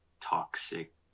toxic